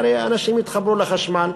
הרי אנשים יתחברו לחשמל,